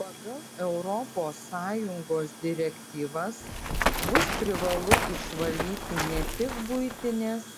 pagal europos sąjungos direktyvas bus privalu išvalyti ne tik buitines